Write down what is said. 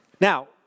Now